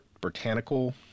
botanical